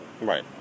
Right